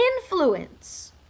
influence